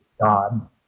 God